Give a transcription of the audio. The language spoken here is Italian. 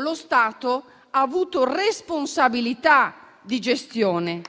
lo Stato ha avuto responsabilità di gestione.